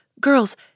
girls